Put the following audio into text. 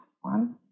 One